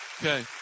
Okay